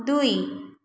ଦୁଇ